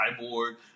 Cyborg